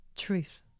Truth